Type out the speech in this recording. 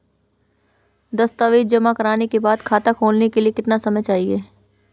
दस्तावेज़ जमा करने के बाद खाता खोलने के लिए कितना समय चाहिए?